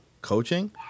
coaching